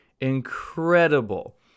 incredible